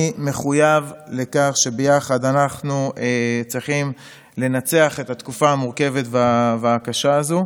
אני מחויב לכך שביחד אנחנו צריכים לנצח את התקופה המורכבת והקשה הזו.